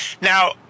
Now